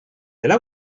della